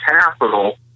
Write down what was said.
capital